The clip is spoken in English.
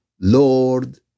lord